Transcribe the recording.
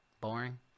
boring